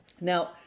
Now